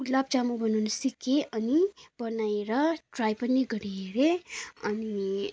गुलाब जामुन बनाउन सिकेँ अनि बनाएर ट्राई पनि गरिहेरेँ अनि